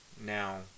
now